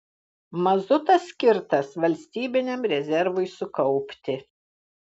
mazutas skirtas valstybiniam rezervui sukaupti